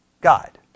God